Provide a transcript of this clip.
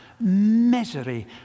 misery